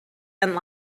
and